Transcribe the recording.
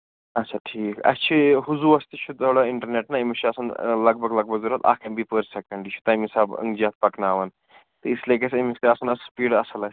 اَچھا ٹھیٖک اَسہِ چھُ یہِ ہُزوَس تہِ چھِ تھوڑا اِنٹرنیٹ نا أمِس چھُ آسان لگ بھگ لگ بھگ آسان اکھ ایم بی پٔر سیکَنٛڈ یہِ چھُ تَمہِ حِسابہٕ یَتھ پَکناوان تہٕ اِس لیے گژھِ أمِس تہِ آسٕنۍ سُپیٖڈ اَصٕل اَسہِ